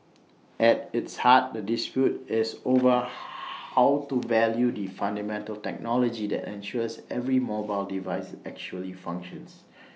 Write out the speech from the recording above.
at its heart the dispute is over how to value the fundamental technology that ensures every mobile device actually functions